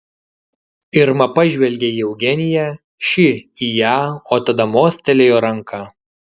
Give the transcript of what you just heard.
irma pažvelgė į eugeniją ši į ją o tada mostelėjo ranka